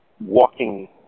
walking